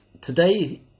Today